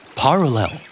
parallel